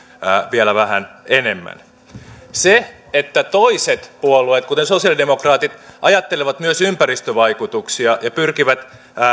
vielä vähän enemmän se että toiset puolueet kuten sosialidemokraatit ajattelevat myös ympäristövaikutuksia ja pyrkivät